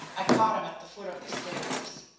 i caught him at the foot of the stairs.